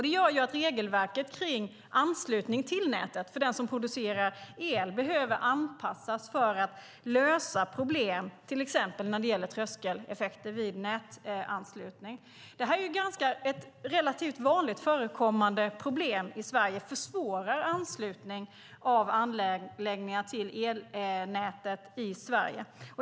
Det gör ju att regelverket kring anslutning till nätet för den som producerar el behöver anpassas för att lösa problem till exempel när det gäller tröskeleffekter vid nätanslutning. Det här är ett relativt vanligt förekommande problem i Sverige och försvårar anslutning av anläggningar till elnätet.